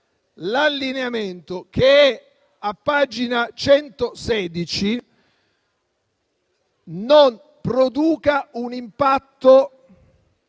l'allineamento, che è a pagina 116, non produca un impatto